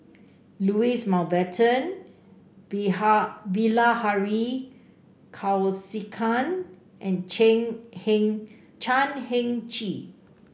Louis Mountbatten Bilahari Kausikan and Heng Chan Heng Chee